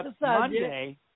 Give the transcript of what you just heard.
Monday